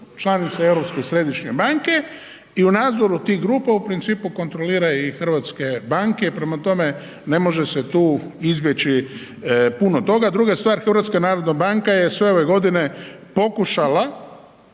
članica Europske središnje banke i u nadzoru tih grupa u principu kontrolira i hrvatske banke. I prema tome ne može se tu izbjeći puno toga. Druga stvar HNB je sve ove godine pokušala